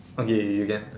okay you can